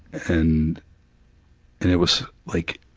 and, and it was like,